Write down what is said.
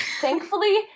thankfully